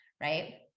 right